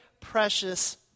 precious